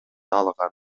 алган